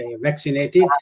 vaccinated